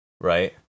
right